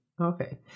okay